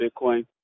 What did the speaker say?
Bitcoin